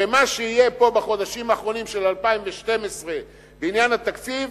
הרי מה שיהיה פה בחודשים האחרונים של 2012 בעניין התקציב,